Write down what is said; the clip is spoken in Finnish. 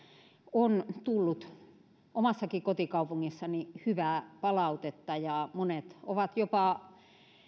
on tullut omassakin kotikaupungissani hyvää palautetta ja monet ovat jopa